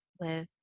live